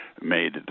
made